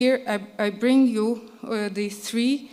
here I bring you the three